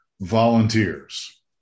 volunteers